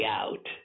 out